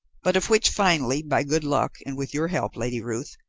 but of which finally, by good luck, and with your help, lady ruth,